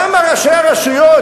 למה לראשי הרשויות,